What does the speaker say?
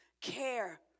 care